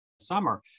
summer